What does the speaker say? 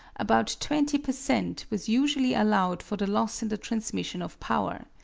about twenty per cent. was usually allowed for the loss in the transmission of power.